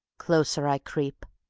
closer i creep.